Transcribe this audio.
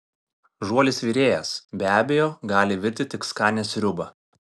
žuolis virėjas be abejo gali virti tik skanią sriubą